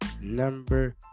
number